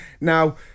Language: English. Now